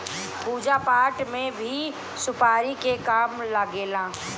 पूजा पाठ में भी सुपारी के काम लागेला